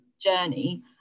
journey